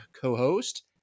co-host